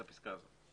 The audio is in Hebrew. הפסקה הזאת.